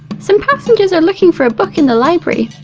some passengers are looking for a book in the library.